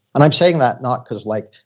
and i'm saying that not because like,